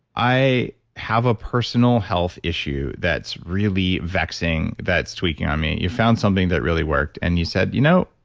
i have a personal health issue that's really vexing that's tweaking on me. you found something that really worked, and you said, you know?